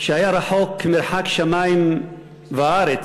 שהיה רחוק מרחק שמים וארץ,